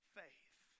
faith